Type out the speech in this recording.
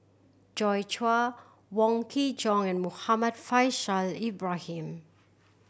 Joi Chua Wong Kin Jong and Muhammad Faishal Ibrahim